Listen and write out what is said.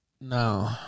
no